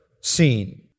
seen